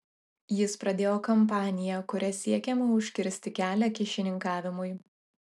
jis pradėjo kampaniją kuria siekiama užkirsti kelią kyšininkavimui